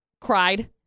cried